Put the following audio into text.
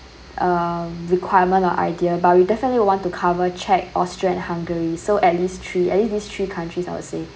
um requirement or idea but we definitely want to cover czech austria and hungary so at least three at least these three country I would say